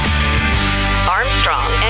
Armstrong